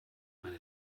meine